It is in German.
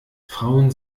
frauen